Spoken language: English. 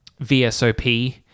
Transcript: VSOP